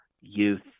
youth